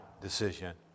decision